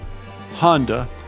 Honda